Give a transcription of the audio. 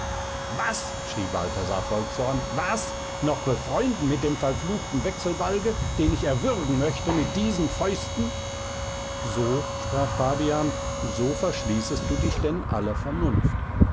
was schrie balthasar voll zorn was noch befreunden mit dem verfluchten wechselbalge den ich erwürgen möchte mit diesen fäusten so sprach fabian so verschließest du dich denn aller vernunft